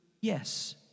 yes